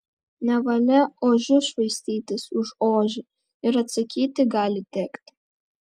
nevalia ožiu švaistytis už ožį ir atsakyti gali tekti